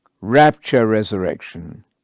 rapture-resurrection